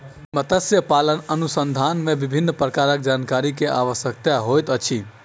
मत्स्य पालन अनुसंधान मे विभिन्न प्रकारक जानकारी के आवश्यकता होइत अछि